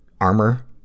armor